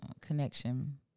connection